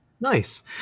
Nice